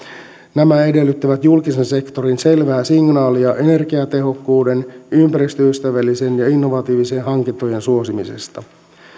nämä edellyttävät julkisen sektorin selvää signaalia energiatehokkuuden sekä ympäristöystävällisten ja innovatiivisten hankintojen suosimisesta